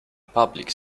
public